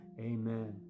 Amen